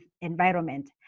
environment